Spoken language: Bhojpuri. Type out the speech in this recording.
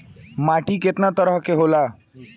माटी केतना तरह के होला?